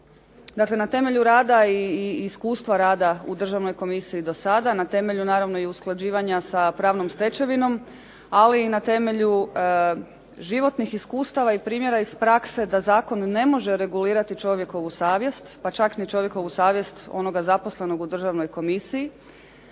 dakle na temelju rada i iskustva rada u državnoj komisiji do sada, na temelju naravno i usklađivanja sa pravnom stečevinom, ali i na temelju životnih iskustava i primjera iz prakse da zakon ne može regulirati čovjekovu savjest pa čak ni čovjekovu savjest onoga zaposlenog u državnoj komisiji